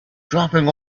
dropping